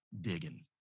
digging